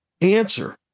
answer